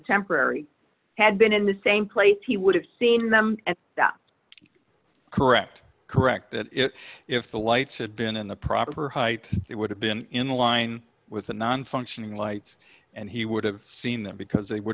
temporary had been in the same place he would have seen them at the correct correct that if the lights had been in the proper height it would have been in line with the nonfunctioning lights and he would have seen them because they would